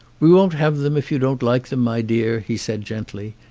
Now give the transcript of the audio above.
we won't have them if you don't like them, my dear, he said gently.